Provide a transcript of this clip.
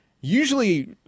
usually